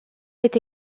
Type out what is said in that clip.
est